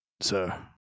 sir